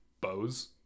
bows